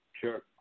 Sure